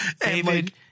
David